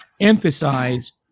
emphasize